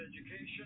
Education